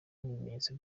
n’ibimenyetso